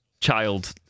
child